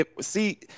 see